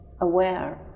aware